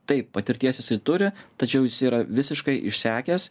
taip patirties jisai turi tačiau jis yra visiškai išsekęs